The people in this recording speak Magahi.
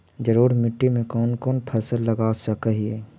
जलोढ़ मिट्टी में कौन कौन फसल लगा सक हिय?